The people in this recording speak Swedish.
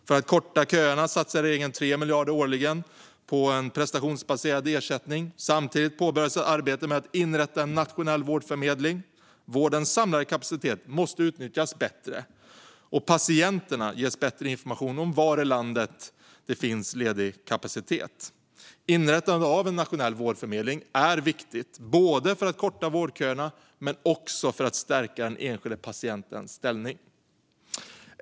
För att korta köerna satsar regeringen 3 miljarder årligen på prestationsbaserad ersättning. Samtidigt påbörjas arbetet med att inrätta en nationell vårdförmedling. Vårdens samlade kapacitet måste utnyttjas bättre och patienter ges bättre information om var i landet det finns ledig kapacitet. Inrättandet av en nationell vårdförmedling är viktigt både för att korta vårdköerna och för att stärka den enskilda patientens ställning.